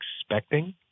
expecting